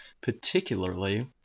particularly